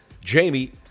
Jamie